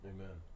Amen